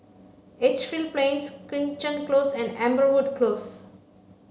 Edgefield Plains Crichton Close and Amberwood Close